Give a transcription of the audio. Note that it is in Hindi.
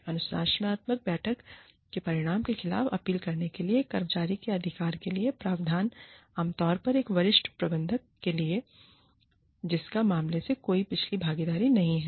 अनुशासनात्मक बैठक के परिणाम के खिलाफ अपील करने के लिए एक कर्मचारी के अधिकार के लिए प्रावधान आमतौर पर एक वरिष्ठ प्रबंधक के लिए जिसका मामले में कोई पिछली भागीदारी नहीं है